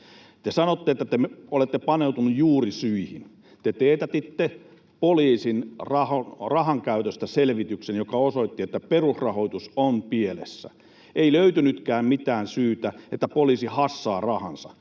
Te sanoitte, että te olette paneutunut juurisyihin. Te teetätitte poliisin rahankäytöstä selvityksen, joka osoitti, että perusrahoitus on pielessä. Ei löytynytkään mitään syytä, että poliisi hassaa rahansa.